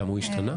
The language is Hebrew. למה, הוא השתנה?